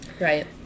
right